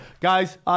guys